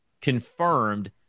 confirmed